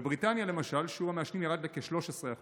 בבריטניה, למשל, שיעור המעשנים ירד בכ-13%.